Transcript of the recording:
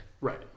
Right